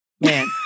man